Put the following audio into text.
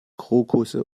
krokusse